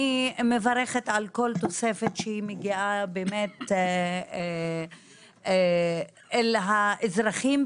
אני מברכת על כל תוספת שהיא מגיעה באמת אל האזרחים,